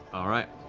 all right.